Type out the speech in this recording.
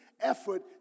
effort